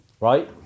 right